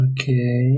okay